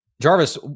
Jarvis